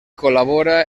col·labora